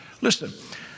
Listen